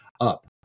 up